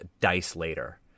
dice-later